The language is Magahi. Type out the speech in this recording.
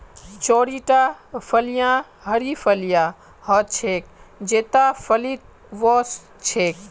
चौड़ीटा फलियाँ हरी फलियां ह छेक जेता फलीत वो स छेक